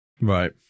Right